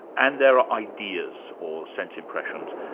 and there are ideas, or sense impressions,